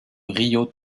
río